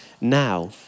now